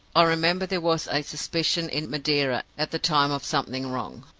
i remember there was a suspicion in madeira at the time of something wrong.